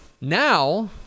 Now